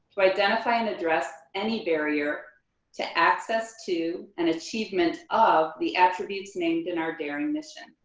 to identify and address any barrier to access to and achievement of the attributes named in our daring mission,